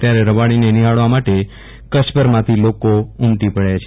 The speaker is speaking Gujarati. ત્યારે રવાડીને નિહાળવા માટે કચ્છભરમાંથી લોકો ઉમટી પડશે